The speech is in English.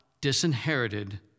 disinherited